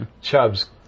Chubs